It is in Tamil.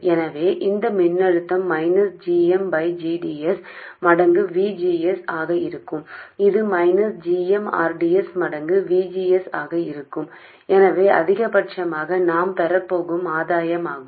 எனவே இந்த மின்னழுத்தம் minus g m by g d s மடங்கு V G S ஆக இருக்கும் இது minus g m r d s மடங்கு V G S ஆக இருக்கும் இதுவே அதிகபட்சமாக நாம் பெறப் போகும் ஆதாயமாகும்